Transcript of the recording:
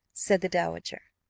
said the dowager.